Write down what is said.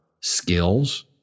skills